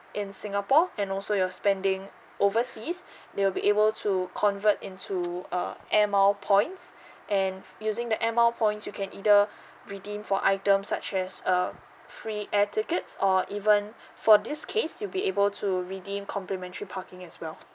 in singapore and also your spending overseas they will be able to convert into uh air mile points and using the air mile points you can either redeem for items such as err free air tickets or even for this case you'll be able to redeem complimentary parking as well